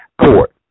court